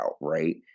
right